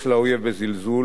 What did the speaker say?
מקצועית או אנושית.